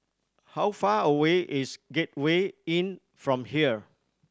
how far away is Gateway Inn from here